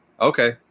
Okay